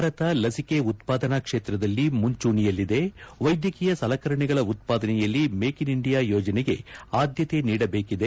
ಭಾರತ ಲಸಿಕೆ ಉತ್ಪಾದನಾ ಕ್ಷೇತ್ರದಲ್ಲಿ ಮುಂಚೂಣಿಯಲ್ಲಿದೆ ವೈದ್ಯಕೀಯ ಸಲಕರಣೆಗಳ ಉತ್ಪಾದನೆಯಲ್ಲಿ ಮೇಕ್ ಇನ್ ಇಂಡಿಯಾ ಯೋಜನೆಗೆ ಆದ್ಯತೆ ನೀಡಬೇಕಿದೆ